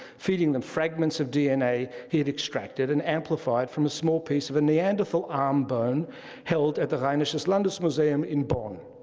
feeding them fragments of dna he had extracted and amplified from a small piece of a neanderthal arm bone held at the rheinisches landesmuseum in bonn.